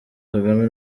kagame